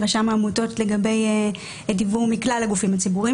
מרשם העמותות לגבי דיוור מכלל הגופים הציבוריים,